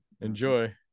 Enjoy